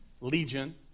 legion